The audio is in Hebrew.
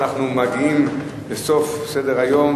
אנחנו מגיעים לסוף סדר-היום,